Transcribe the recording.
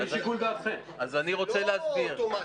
זה לא אוטומטי.